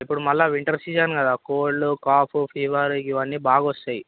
ఇప్పుడు మళ్ళా winter season కదా కోల్డ్ కాఫ్ ఫీవర్ ఇవన్నీ బాగొస్తాయి